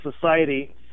society